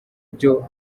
byo